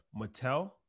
Mattel